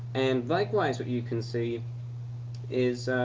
and likewise what you can see is.